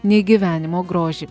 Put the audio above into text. nei gyvenimo grožį